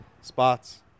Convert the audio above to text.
spots